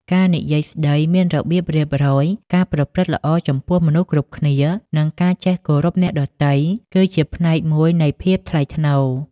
ការនិយាយស្តីមានរបៀបរៀបរយ ការប្រព្រឹត្តល្អចំពោះមនុស្សគ្រប់គ្នា និងការចេះគោរពអ្នកដទៃ គឺជាផ្នែកមួយនៃភាពថ្លៃថ្នូរ។